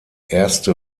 erste